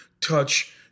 touch